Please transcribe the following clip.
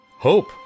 Hope